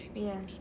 ya